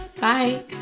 Bye